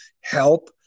help